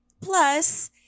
Plus